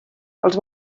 els